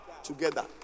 Together